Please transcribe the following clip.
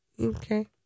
Okay